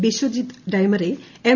Biswajit Daimary M